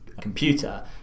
computer